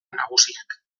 nagusiak